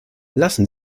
lassen